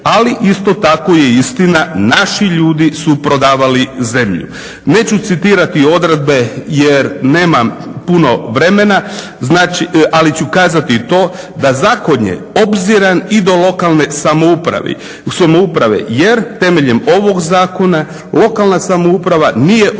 ali isto tako je istina naši ljudi su prodavali zemlju. Neću citirati odredbe jer nemam puno vremena, ali ću kazati to da zakon je obziran i do lokalne samouprave jer temeljem ovog zakona lokalna samouprava nije obvezna